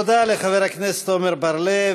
תודה לחבר הכנסת עמר בר-לב.